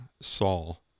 Saul